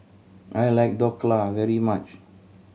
I like Dhokla very much